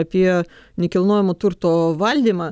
apie nekilnojamo turto valdymą